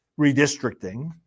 redistricting